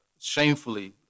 shamefully